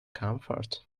comfort